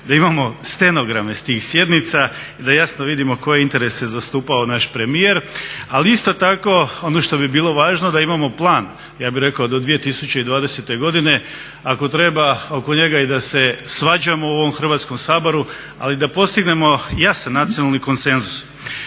da imamo stenograme sa tih sjednica i da jasno vidimo koje je interese zastupao naš premijer. Ali isto tako ono što bi bilo važno da imao plan, ja bih rekao do 2020. godine, ako treba oko njega i da se svađamo u ovom Hrvatskom saboru ali da postignemo jasan nacionalni konsenzus.